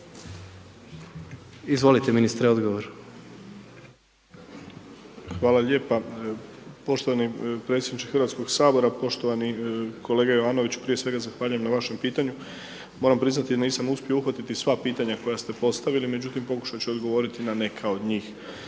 **Ćorić, Tomislav (HDZ)** Hvala lijepa, poštovani predsjedniče Hrvatskog sabora, poštovani kolega Jovanoviću prije svega zahvaljujem na vašem pitanju, moram priznati da nisam uspio uhvatiti sva pitanja koja ste postavili, međutim pokušat ću odgovoriti na neka od njih.